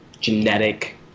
genetic